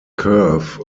curve